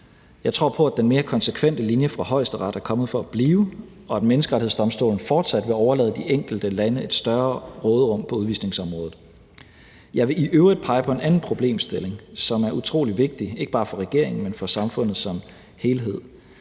Jeg tror på, at den mere konsekvente linje fra Højesteret er kommet for at blive, og at Menneskerettighedsdomstolen fortsat vil overlade de enkelte lande et større råderum på udvisningsområdet. Jeg vil i øvrigt pege på en anden problemstilling, som er utrolig vigtig, ikke bare for regeringen, men for samfundet som helhed.